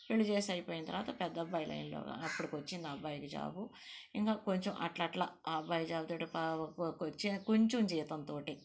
పెళ్ళి చేసేయడం అయిపోయిన తరువాత పెద్ద అబ్బాయి లైన్లో ఉన్నాడు అప్పుడుకొచ్చింది అబ్బాయికి జాబ్ ఇంకా కొంచెం అట్లా అట్లా మా అబ్బాయి జాబ్ తోటి కొంచెం జీతం తోటి